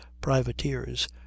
privateers